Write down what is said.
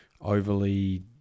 overly